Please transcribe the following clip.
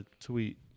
tweet